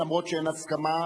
אף שאין הסכמה,